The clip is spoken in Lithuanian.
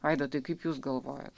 vaidotai kaip jūs galvojat